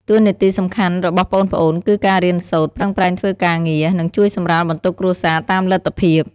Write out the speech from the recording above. តួនាទីសំខាន់របស់ប្អូនៗ គឺការរៀនសូត្រ ប្រឹងប្រែងធ្វើការងារ និងជួយសម្រាលបន្ទុកគ្រួសារតាមលទ្ធភាព។